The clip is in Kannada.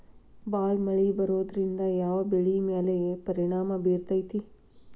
ಭಾಳ ಮಳಿ ಬರೋದ್ರಿಂದ ಯಾವ್ ಬೆಳಿ ಮ್ಯಾಲ್ ಪರಿಣಾಮ ಬಿರತೇತಿ?